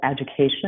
education